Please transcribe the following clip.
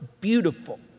beautiful